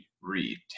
read